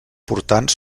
portants